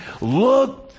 look